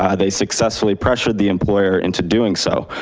ah they successfully pressured the employer into doing so.